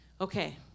Okay